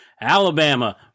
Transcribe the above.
Alabama